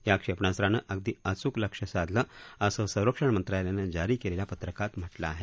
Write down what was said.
या क्षेपणास्त्रानं अगदी अचूक लक्ष्य साधलं असं संरक्षण मंत्रालयानं जारी केलेल्या पत्रकात म्हटलं आहे